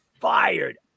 fired